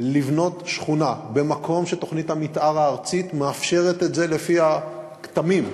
לבנות שכונה במקום שתוכנית המתאר הארצית מאפשרת את זה לפי ה"כתמים"